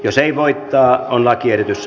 jos ei voi tää on lakiesitys